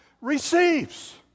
receives